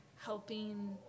helping